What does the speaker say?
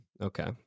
Okay